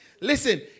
Listen